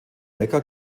mekka